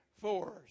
force